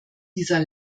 dieser